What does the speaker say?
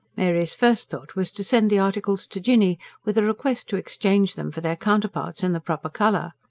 mary's first thought was to send the articles to jinny with a request to exchange them for their counterparts in the proper colour.